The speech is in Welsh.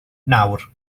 nawr